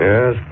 Yes